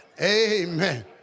Amen